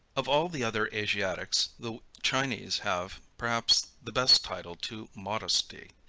of all the other asiatics, the chinese have, perhaps the best title to modesty.